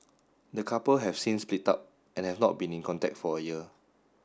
the couple have since split up and have not been in contact for a year